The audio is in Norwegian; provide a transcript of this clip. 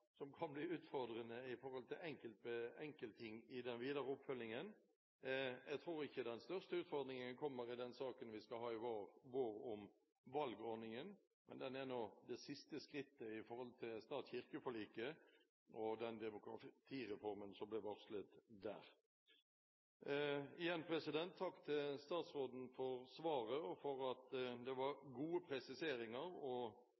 som kan bli utfordrende når det gjelder enkeltting i den videre oppfølgingen. Jeg tror ikke den største utfordringen kommer i den saken vi skal ha i vår om valgordningen, men den er det siste skrittet med hensyn til stat–kirke-forliket og den demokratireformen som ble varslet der. Igjen: Takk til statsråden for svaret og for at det var gode presiseringer og